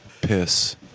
Piss